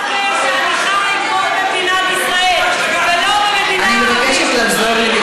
אני חיה פה במדינת ישראל, ולא במדינה ערבית,